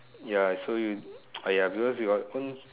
ya so you !aiya! because you own